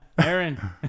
Aaron